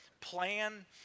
plan